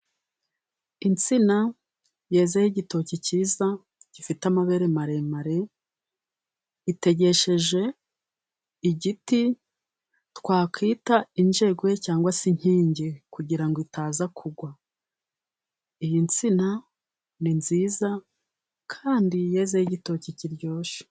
Insina yezeho igitoki cyiza gifite amabere maremare, gitegesheje igiti twakwita injegwe cyangwa se inkingi kugira ngo itaza kugwa. Iyi nsina ni nziza kandi yezeho igitoki kiryoshye.